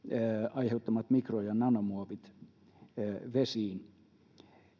aiheuttamat mikro ja nanomuovit vesiin